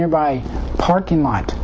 nearby parking lot